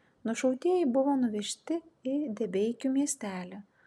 nušautieji buvo nuvežti į debeikių miestelį